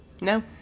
No